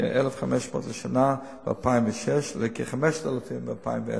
מכ-1,500 לשנה ב-2006 לכ-5,000 ב-2010.